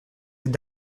êtes